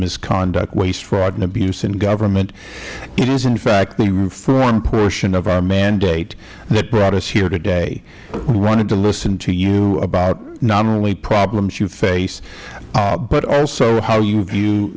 misconduct waste fraud and abuse in government it is in fact the reform portion of our mandate that brought us here today we wanted to listen to you about not only problems you face but also how you view